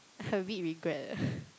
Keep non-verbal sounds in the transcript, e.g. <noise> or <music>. <breath> a bit regret ah <breath>